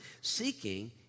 Seeking